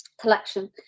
collection